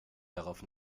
darauf